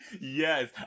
Yes